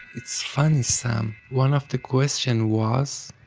it's funny sam. one of the question was,